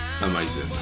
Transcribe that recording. amazing